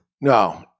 no